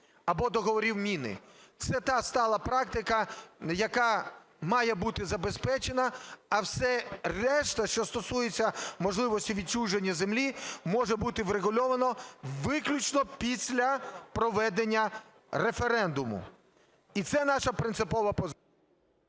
або договорів міни. Це та стала практика, яка має бути забезпечена, а все решта, що стосується можливості відчуження землі може бути врегульовано виключно після проведення референдуму. І це наша принципова позиція.